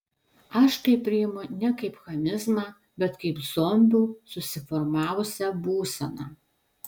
aš tai priimu ne kaip chamizmą bet kaip zombių susiformavusią būseną